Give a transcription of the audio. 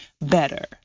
better